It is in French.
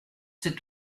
c’est